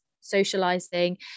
socializing